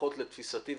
לפחות לתפיסתי,